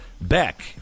BECK